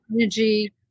energy